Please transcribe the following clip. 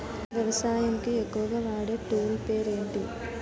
వ్యవసాయానికి ఎక్కువుగా వాడే టూల్ పేరు ఏంటి?